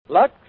Lux